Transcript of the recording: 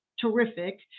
terrific